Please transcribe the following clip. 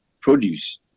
produce